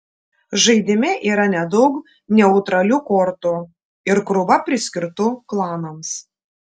žaidime yra nedaug neutralių kortų ir krūva priskirtų klanams